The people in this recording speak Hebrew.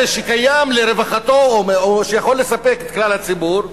שקיים לרווחתו או שיכול לספק את כלל הציבור,